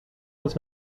was